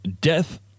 Death